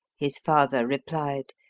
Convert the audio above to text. his father replied,